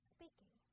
Speaking